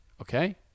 Okay